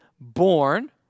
born